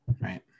Right